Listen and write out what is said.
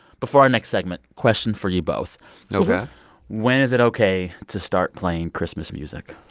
before our next segment, question for you both ok when is it ok to start playing christmas music?